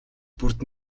бүрд